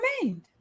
remained